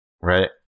Right